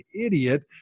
idiot